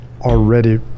already